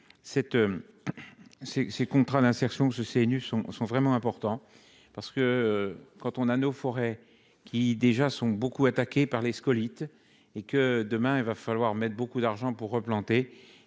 ces contrats d'insertion ce CNU sont sont vraiment important parce que quand on a nos forêts qui déjà sont beaucoup attaqué par les scolytes et que demain il va falloir mettre beaucoup d'argent pour replanter